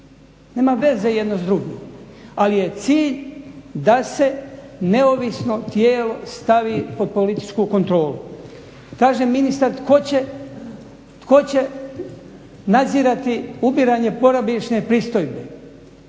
Nema veze jedno s drugim. Ali je cilj da se neovisno tijelo stavi pod političku kontrolu. Kaže ministar tko će nadzirati ubiranje boravišne pristojbe,